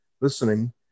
listening